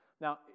Now